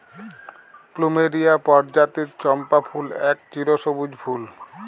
plumeria পরজাতির চম্পা ফুল এক চিরসব্যুজ ফুল